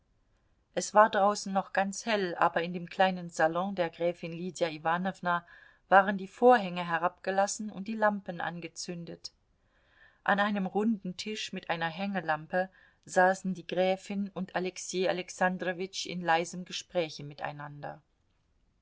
es war draußen noch ganz hell aber in dem kleinen salon der gräfin lydia iwanowna waren die vorhänge herabgelassen und die lampen angezündet an einem runden tisch mit einer hängelampe saßen die gräfin und alexei alexandrowitsch in leisem gespräch miteinander